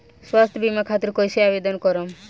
स्वास्थ्य बीमा खातिर कईसे आवेदन करम?